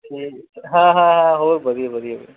ਠੀ ਹਾਂ ਹਾਂ ਹਾਂ ਹੋਰ ਵਧੀਆ ਵਧੀਆ ਵੀਰੇ